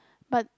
but